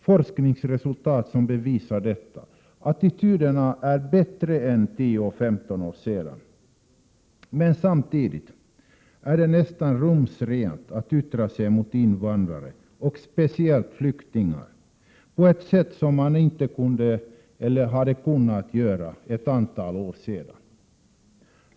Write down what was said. Forskningsresultat visar detta. Attityderna mot invandrare är bättre än för 10—15 år sedan. Men samtidigt är det nästan rumsrent att uttala sig om invandrare och speciellt flyktingar på ett sätt som man inte hade kunnat göra för ett antal år sedan.